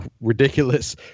ridiculous